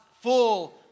full